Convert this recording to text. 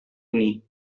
ini